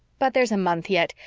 but there's a month yet,